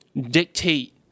dictate